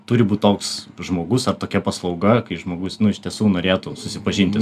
turi būti toks žmogus ar tokia paslauga kai žmogus iš tiesų norėtų susipažinti